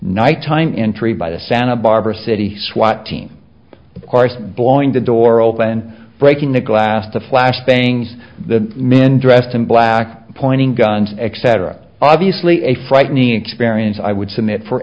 nighttime entry by the santa barbara city swat team of course blowing the door open breaking the glass the flash bangs the men dressed in black pointing guns etc obviously a frightening experience i would submit for